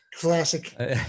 Classic